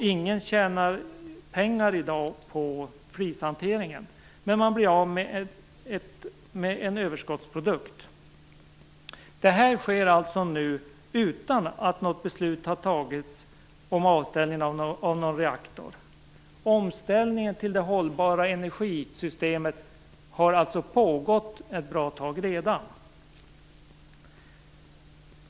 Ingen tjänar i dag pengar på flishanteringen, men man blir av med en överskottsprodukt. Allt det här sker nu utan att något beslut fattats om avställning av någon reaktor. Omställningen till det hållbara energisystemet har alltså pågått ett bra tag redan.